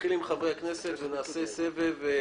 נתחיל עם חברי הכנסת ונעשה סבב.